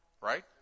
Right